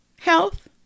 health